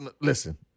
listen